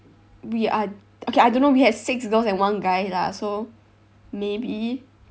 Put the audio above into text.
we are okay I don't know we had six girls and one guy lah so maybe